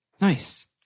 Nice